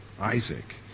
Isaac